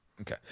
Okay